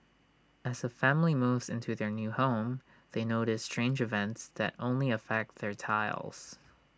as A family moves into their new home they notice strange events that only affect their tiles